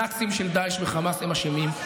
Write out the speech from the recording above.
הנאצים של דאעש וחמאס הם אשמים.